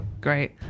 great